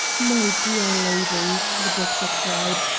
my dear lady! the doctor cried.